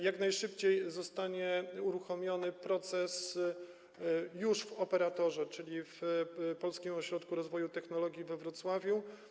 Jak najszybciej zostanie uruchomiony proces u operatora, czyli w Polskim Ośrodku Rozwoju Technologii we Wrocławiu.